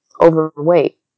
overweight